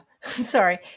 sorry